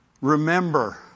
Remember